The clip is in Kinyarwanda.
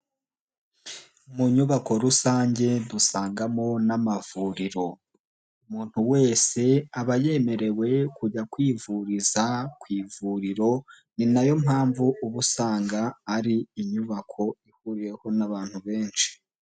Mu nyubako rusange dusangamo n'amavuriro. Umuntu wese aba yemerewe kujya kwivuriza ku ivuriro, ni na yo mpamvu uba usanga ari inyubako ihuriweho n'abantu benshi.